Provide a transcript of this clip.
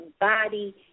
body